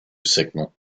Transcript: signal